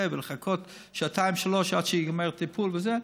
ולחכות שעתיים-שלוש עד שייגמר טיפול וזה,